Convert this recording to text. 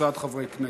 וקבוצת חברי הכנסת.